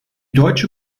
deutsche